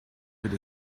with